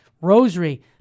rosary